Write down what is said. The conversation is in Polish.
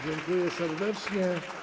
Dziękuję serdecznie.